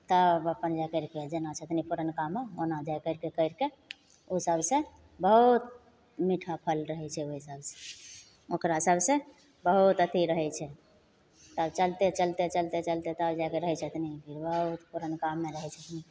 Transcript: तब अपन जा करिके जेना छथिन पुरनकामे ओना जा करिके करिके उ सबसँ बहुत मीठा फल रहय छै ओइ सबसँ ओकरा सबसँ बहुत अथी रहय छै तब चलते चलते चलते चलते तब जाके रहय छथिन बहुत पुरनकामे रहय छथिनी